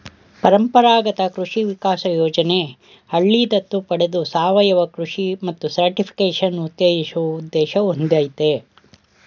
ಪರಂಪರಾಗತ ಕೃಷಿ ವಿಕಾಸ ಯೋಜನೆ ಹಳ್ಳಿ ದತ್ತು ಪಡೆದು ಸಾವಯವ ಕೃಷಿ ಮತ್ತು ಸರ್ಟಿಫಿಕೇಷನ್ ಉತ್ತೇಜಿಸುವ ಉದ್ದೇಶ ಹೊಂದಯ್ತೆ